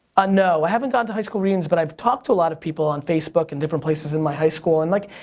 ah i haven't gone to high school reunions, but i've talked to a lot of people on facebook and different places in my high school, and like,